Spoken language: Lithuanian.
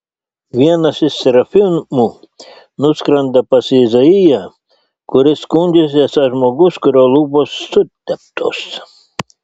vienas iš serafimų nuskrenda pas izaiją kuris skundžiasi esąs žmogus kurio lūpos suteptos